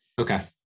Okay